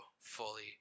fully